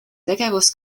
tegevus